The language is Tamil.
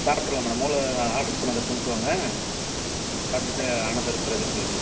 சாப்பிட்டுருவேன் மேடம் முதல்ல நான் ஆர்டர் பண்ணதை கொண்டுட்டு வாங்க சாப்பிட்டுட்டு அனதர் பிறகு சொல்லிக்கிறேன்